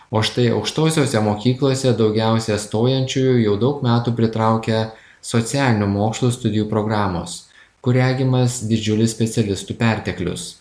o štai aukštosiose mokyklose daugiausiai stojančiųjų jau daug metų pritraukia socialinių mokslų studijų programos kur regimas didžiulis specialistų perteklius